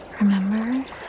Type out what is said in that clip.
Remember